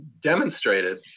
demonstrated